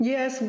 Yes